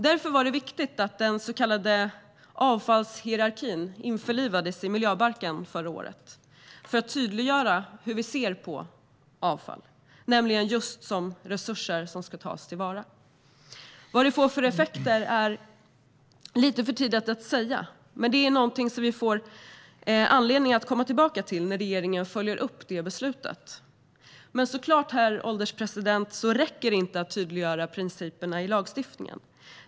Därför var det viktigt att den så kallade avfallshierarkin införlivades i miljöbalken förra året, för att tydliggöra att vi ser på avfall just som resurser som ska tas till vara. Vad det får för effekter är det lite för tidigt att säga, men det är någonting vi får anledning att komma tillbaka till när regeringen följer upp det beslutet. Det räcker dock inte att tydliggöra principerna i lagstiftningen, herr ålderspresident.